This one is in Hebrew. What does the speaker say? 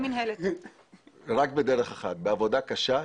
רק בדרך אחת בעבודה קשה,